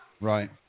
Right